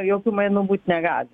jokių mainų būti negali